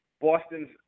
Boston's